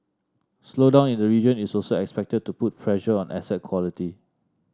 slowdown in the region is also expected to put pressure on asset quality